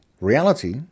Reality